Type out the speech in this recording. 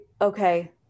okay